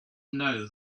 know